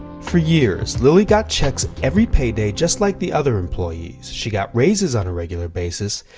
for years, lilly got checks every payday just like the other employees. she got raises on a regular basis.